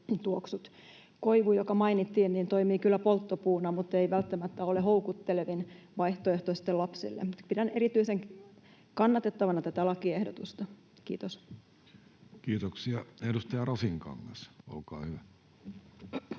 Koivu, joka mainittiin, toimii kyllä polttopuuna mutta ei välttämättä ole houkuttelevin vaihtoehto lapsille. Pidän erityisen kannatettavana tätä lakiehdotusta. — Kiitos. [Speech 113] Speaker: